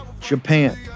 Japan